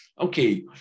Okay